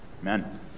Amen